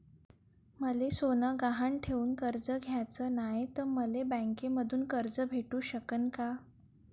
मले सोनं गहान ठेवून कर्ज घ्याचं नाय, त मले बँकेमधून कर्ज भेटू शकन का?